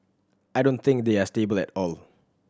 I don't think they are stable at all